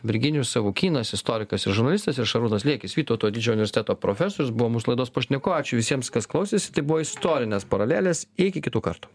virginijus savukynas istorikas ir žurnalistas ir šarūnas liekis vytauto didžiojo universiteto profesorius buvo mūsų laidos pašnekovai ačiū visiems kas klausėsi tai buvo istorinės paralelės iki kitų kartų